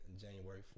January